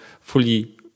fully